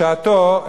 בשעתו,